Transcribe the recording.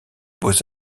beaux